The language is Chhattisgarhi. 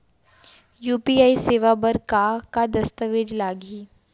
यू.पी.आई सेवा बर का का दस्तावेज लागही?